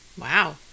Wow